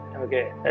Okay